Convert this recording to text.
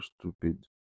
stupid